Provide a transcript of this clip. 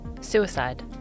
Suicide